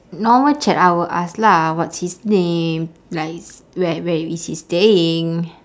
normal chat I will ask lah what's his name like where where is he staying